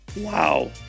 Wow